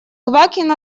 квакин